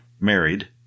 married